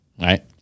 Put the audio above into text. Right